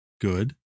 Good